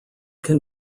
can